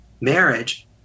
marriage